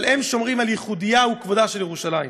אבל הם שומרים על ייחודה וכבודה של ירושלים.